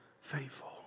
faithful